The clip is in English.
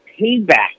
payback